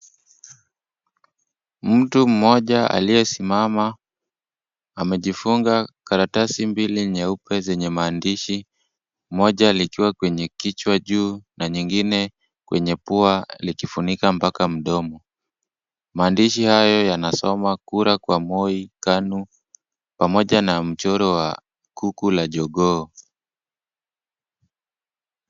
Mtu mmoja aliyesimama amejifunga karatasi mbili nyeupe zenye maandishi. Moja likiwa kwenye kichwa juu, na nyingine kwenye pua likifunika mpaka mdomo. Maandishi hayo yanasoma, Kura kwa Moi KANU pamoja na mchoro wa kuku la jogoo.